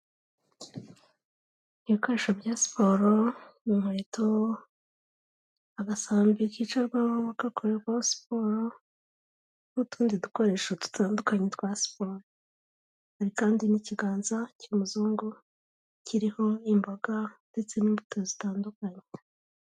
Ibikoresho bya siporo, inkweto, agasambi kicarwaho bari gukora siporo n'utundi dukoresho dutandukanye twa siporo, hari kandi n'ikiganza cy'umuzungu kiriho imboga ndetse n'imbuto zitandukanye.